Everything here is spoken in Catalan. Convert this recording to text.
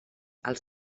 els